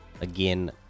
again